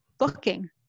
looking